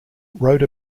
wrote